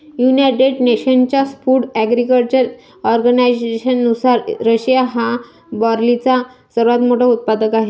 United नेशन्सच्या food agriculture ऑर्गनायझेशननुसार, Russia हा बार्लीचा सर्वात मोठा उत्पादक आहे